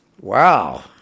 wow